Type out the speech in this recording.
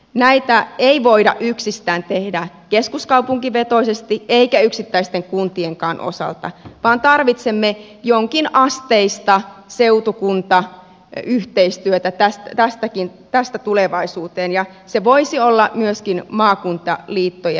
näitä ei voida yksistään tehdä keskuskaupunkivetoisesti eikä yksittäisten kuntienkaan osalta vaan tarvitsemme jonkinasteista seutukuntayhteistyötä tästä tulevaisuuteen ja se voisi olla myöskin maakuntaliittojen harteilla